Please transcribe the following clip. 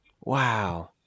Wow